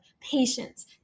patience